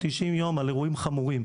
90 יום על אירועים חמורים.